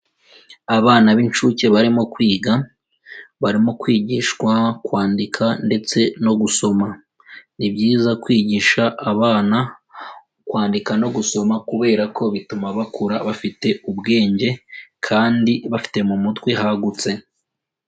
Abana b'inshuke barimo kwiga, barimo kwigishwa kwandika ndetse no gusoma, ni byiza kwigisha abana kwandika no gusoma kubera ko bituma bakura bafite ubwenge, kandi bafite mu mutwe hagutse.